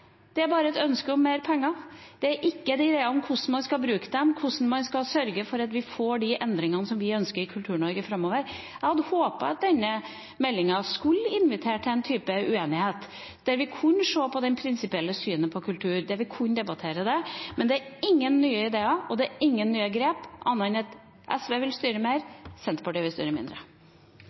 det er bare et ønske om mer penger. Det er ikke en idé om hvordan man skal bruke dem, hvordan man skal sørge for at vi får de endringene som vi ønsker i Kultur-Norge framover. Jeg hadde håpet at denne meldinga skulle invitere til en type uenighet der vi kunne se på det prinsipielle synet på kultur, der vi kunne debattere det, men det er ingen nye ideer, og det er ingen nye grep, annet enn at SV vil styre mer, Senterpartiet vil styre mindre.